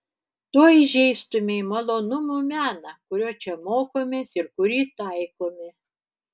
tuo įžeistumei malonumų meną kurio čia mokomės ir kurį taikome